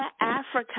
Africa